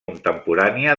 contemporània